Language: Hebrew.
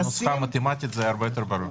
בנוסחה מתמטית זה היה הרבה יותר ברור.